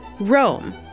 Rome